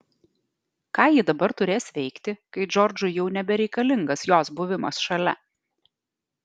ką ji dabar turės veikti kai džordžui jau nebereikalingas jos buvimas šalia